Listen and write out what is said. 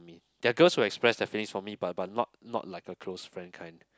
there are girls who express their feelings for me but but not not like a close friend kind